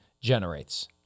generates